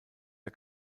der